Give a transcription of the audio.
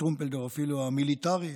טרומפלדור אפילו המיליטרי,